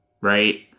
right